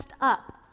up